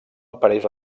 apareix